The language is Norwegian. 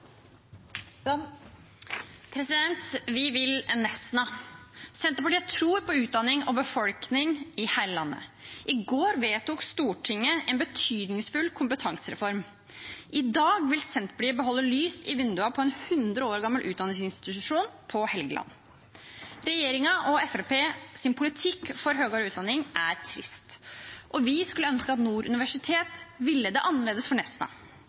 Vi vil Nesna! Senterpartiet tror på utdanning og befolkning i hele landet. I går vedtok Stortinget en betydningsfull kompetansereform. I dag vil Senterpartiet beholde lys i vinduene på en 100 år gammel utdanningsinstitusjon på Helgeland. Regjeringen og Fremskrittspartiets politikk for høyere utdanning er trist, og vi skulle ønske at Nord universitet ville det annerledes for Nesna.